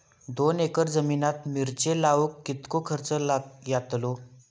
दोन एकर जमिनीत मिरचे लाऊक कितको खर्च यातलो?